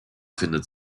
findet